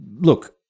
look